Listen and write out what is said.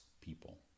people